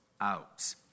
out